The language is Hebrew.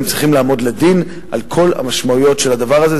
הם צריכים לעמוד לדין על כל המשמעויות של הדבר הזה.